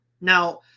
Now